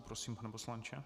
Prosím, pane poslanče.